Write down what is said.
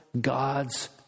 God's